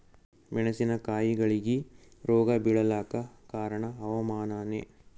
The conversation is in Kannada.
ಮೆಣಸಿನ ಕಾಯಿಗಳಿಗಿ ರೋಗ ಬಿಳಲಾಕ ಕಾರಣ ಹವಾಮಾನನೇ?